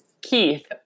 Keith